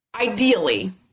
Ideally